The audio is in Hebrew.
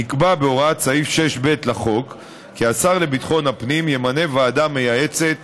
נקבע בהוראת סעיף 6(ב) לחוק כי השר לביטחון הפנים ימנה ועדה מייעצת